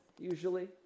usually